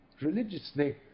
religiously